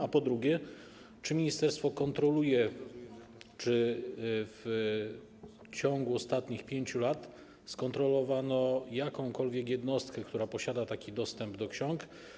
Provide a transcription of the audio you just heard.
A po drugie: Czy ministerstwo kontroluje, czy w ciągu ostatnich 5 lat skontrolowano jakąkolwiek jednostkę, która posiada taki dostęp do ksiąg?